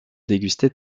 déguster